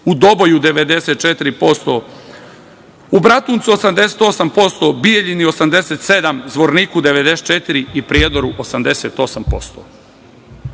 u Doboju 94%, u Bratuncu 88%, u Bijeljini 87%, u Zvorniku 94% i u Prijedoru 88%.Ovo